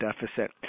deficit